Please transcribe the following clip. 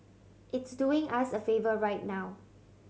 it's doing us a favour right now